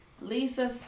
Lisa